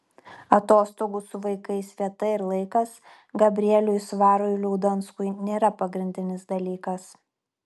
atostogų su vaikais vieta ir laikas gabrieliui svarui liaudanskui nėra pagrindinis dalykas